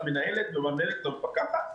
וההחלטה היא של המל"ל ביחד עם משרד הבריאות.